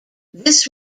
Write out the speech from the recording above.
this